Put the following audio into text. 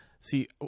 See